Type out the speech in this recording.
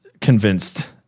convinced